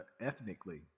ethnically